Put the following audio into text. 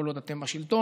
כל עוד אתם בשלטון,